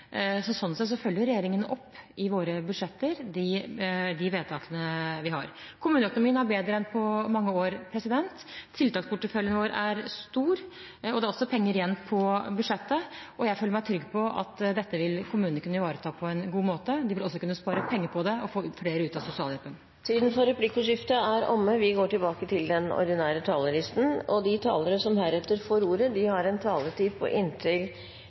Sånn sett følger regjeringen opp vedtakene i budsjetter. Kommuneøkonomien er bedre enn på mange år, tiltaksporteføljen vår er stor, og det er også penger igjen på budsjettet. Jeg føler meg trygg på at kommunene vil kunne ivareta dette på en god måte. De vil også kunne spare penger på det og få flere ut av sosialhjelpen. Replikkordskiftet er omme. De talere som heretter får ordet, har en taletid på inntil